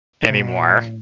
anymore